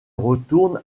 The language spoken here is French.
retourne